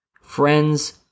friends